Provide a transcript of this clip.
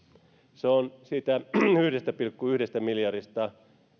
se on merkittävä osa siitä yhdestä pilkku yhdestä miljardista